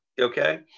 Okay